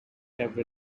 every